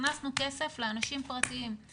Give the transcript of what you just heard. הכנסנו כסף לאנשים פרטיים.